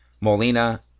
Molina